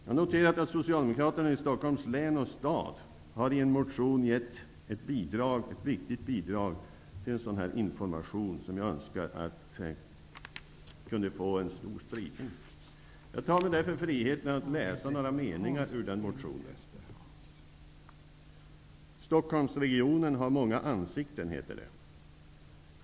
Jag har noterat att Socialdemokraterna i Stockholms län och stad i en motion har gett ett viktigt bidrag till en sådan information som jag önskar kunde få en stor spridning. Jag tar mig därför friheten att läsa några meningar ur den motionen: Stockholmsregionen har många ansikten, heter det.